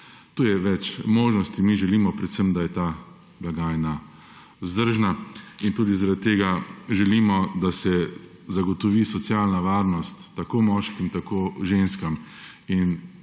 Tu je več možnosti. Mi želimo predvsem, da je ta blagajna vzdržna. In tudi zaradi tega želimo, da se zagotovi socialna varnost tako moškim tako ženskam. In